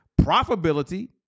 profitability